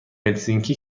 هلسینکی